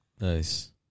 Nice